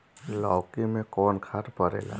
लौकी में कौन खाद पड़ेला?